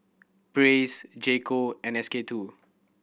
Praise J Co and S K Two